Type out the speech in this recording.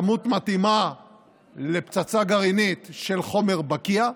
כמות מתאימה לפצצה גרעינית של חומר בקיע,